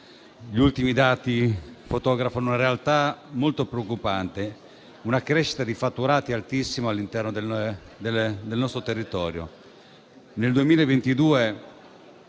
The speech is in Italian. Gli ultimi dati fotografano una realtà molto preoccupante, con una crescita di fatturati altissima all'interno del nostro territorio.